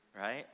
Right